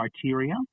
criteria